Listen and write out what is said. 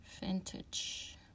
Vintage